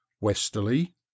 Westerly